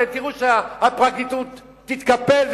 אתם תראו שהפרקליטות תתקפל,